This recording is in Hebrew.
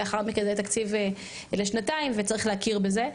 לאחר מכן זה יהיה תקציב לשנתיים, וצריך להכיר בזה,